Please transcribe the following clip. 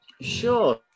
Sure